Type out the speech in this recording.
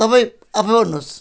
तपाईँ आफैँ भन्नु होस्